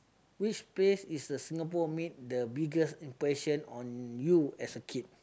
which place is the Singapore made the biggest impression on you as a kid